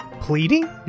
pleading